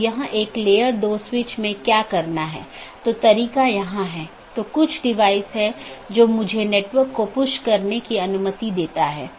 इसलिए बहुत से पारगमन ट्रैफ़िक का मतलब है कि आप पूरे सिस्टम को ओवरलोड कर रहे हैं